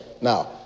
Now